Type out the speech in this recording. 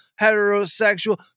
Heterosexual